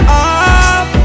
up